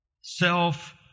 Self